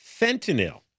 fentanyl